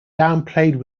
downplayed